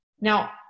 Now